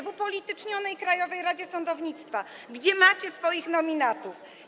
W upolitycznionej Krajowej Radzie Sądownictwa, gdzie macie swoich nominatów.